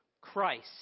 Christ